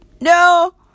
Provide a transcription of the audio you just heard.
No